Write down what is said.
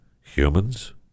humans